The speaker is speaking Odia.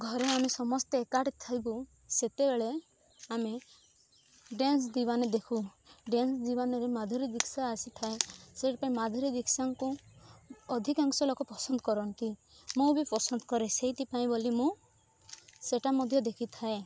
ଘରେ ଆମେ ସମସ୍ତେ ଏକାଠି ଥିବୁ ସେତେବେଳେ ଆମେ ଡ୍ୟାନ୍ସ ଦିୱାନେ ଦେଖୁ ଡ୍ୟାନ୍ସ ଦିୱାନେରେ ମାଧୁରୀ ଦିକ୍ସା ଆସିଥାଏ ସେଇଥି ପାଇଁ ମାଧୁରୀ ଦିକ୍ସାଙ୍କୁ ଅଧିକାଂଶ ଲୋକ ପସନ୍ଦ କରନ୍ତି ମୁଁ ବି ପସନ୍ଦ କରେ ସେଇଥିପାଇଁ ବୋଲି ମୁଁ ସେଇଟା ମଧ୍ୟ ଦେଖିଥାଏ